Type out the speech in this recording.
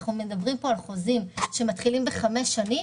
אנחנו מדברים על חוזים שמתחילים בחמש שנים,